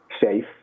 safe